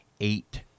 eight